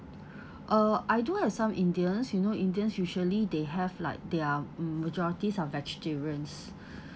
uh I do have some indians you know indians usually they have like they're mm majorities are vegetarians